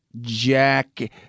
Jack